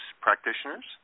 practitioners